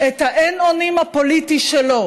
את האין-אונים הפוליטי שלו